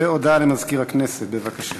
הודעה לסגן מזכירת הכנסת, בבקשה.